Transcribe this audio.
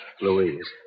Louise